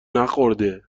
نخورده